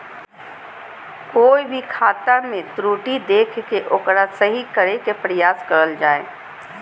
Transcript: कोय भी खाता मे त्रुटि देख के ओकरा सही करे के प्रयास करल जा हय